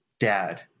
Dad